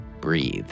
breathe